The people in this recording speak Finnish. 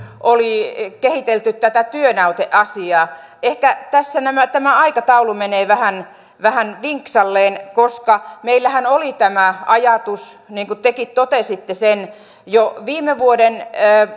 oli kehitelty tätä työnäyteasiaa ehkä tässä aikataulu menee vähän vähän vinksalleen koska meillähän oli tämä ajatus niin kuin tekin totesitte sen jo viime vuoden